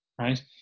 right